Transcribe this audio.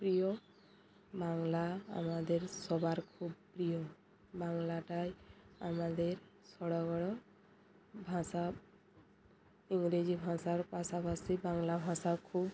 প্রিয় বাংলা আমাদের সবার খুব প্রিয় বাংলাটাই আমাদের সড় গড় ভাষা ইংরেজি ভাষার পাশাপাশি বাংলা ভাষাও খুব